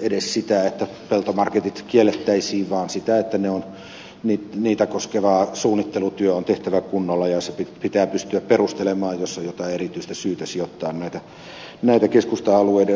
edes sitä että peltomarketit kiellettäisiin vaan sitä että niitä koskeva suunnittelutyö on tehtävä kunnolla ja pitää pystyä perustelemaan jos on jotain erityistä syytä sijoittaa näitä keskusta alueiden ulkopuolelle